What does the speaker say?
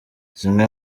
zimwe